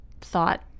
thought